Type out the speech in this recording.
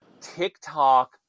TikTok